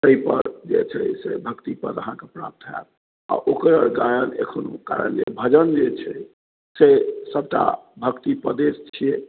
एहिपर जे छै से भक्ति पद्य अहाँकेँ प्राप्त होयत गायक एखनो कारण जे भजन जे छै से सभटा भक्ति पद्ये छियै